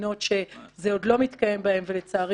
במדינות שזה עוד לא מתקיים בהן ולצערי